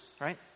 right